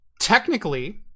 technically